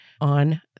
on